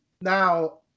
now